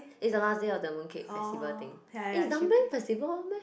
is the last day of the Mooncake Festival thing eh is dumpling festival one meh